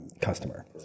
customer